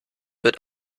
wird